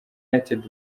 united